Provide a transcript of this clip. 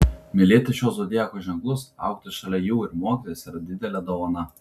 mylėti šiuos zodiako ženklus augti šalia jų ir mokytis yra didelė dovana